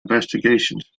investigations